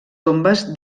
tombes